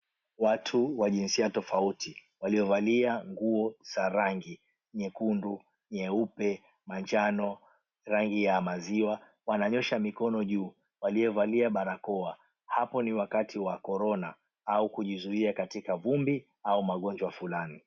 Watu wa jinsia tofauti waliovalia nguo za rangi nyekundu, nyeupe, manjano, rangi ya maziwa wananyosha mikono juu. Waliovalia barakoa hapo ni wakati wa Korona ama kujizuia katikati vumbi au magonjwa fulani.